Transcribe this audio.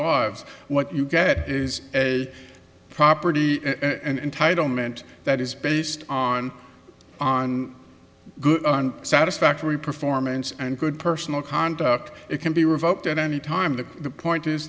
lives what you get is a property an entitlement that is based on on good on satisfactory performance and good personal conduct it can be revoked at any time the point is